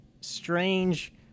strange